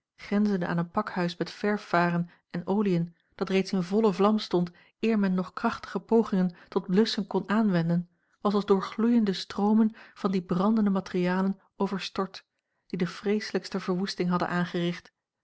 grenzende aan een pakhuis met verfwaren en oliën dat reeds in volle vlam stond eer men nog krachttige pogingen tot blusschen kon aanwenden was als door gloeiende stroomen van die brandende materialen overstort die de vreeslijkste verwoesting hadden aangericht